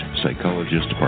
psychologist